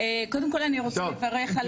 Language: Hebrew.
קודם כל אני רוצה לברך,